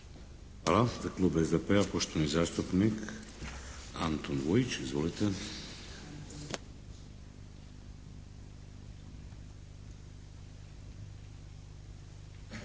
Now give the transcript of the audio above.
Hvala. Za klub SDP-a poštovani zastupnik Antun Vujić, izvolite.